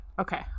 Okay